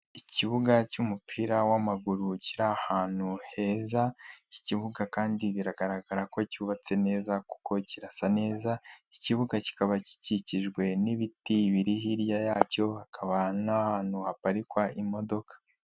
Ikibuga cy'umupira w'amaguru kiri ahantu heza, iki kibuga kandi biragaragara ko cyubatse neza kuko kirasa neza, ikibuga kikaba gikikijwe n'ibiti biri hirya yacyo hakaba n'ahantu haparikwa imodoka.